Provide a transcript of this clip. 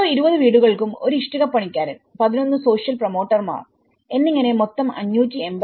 ഓരോ 20 വീടുകൾക്കും ഒരു ഇഷ്ടികപ്പണിക്കാരൻ 11 സോഷ്യൽ പ്രൊമോട്ടർമാർ എന്നിങ്ങനെ മൊത്തം 582